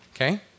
okay